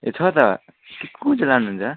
ए छ त कुन चाहिँ लानुहुन्छ